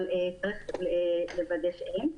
אבל צריך לוודא שאין.